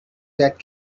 that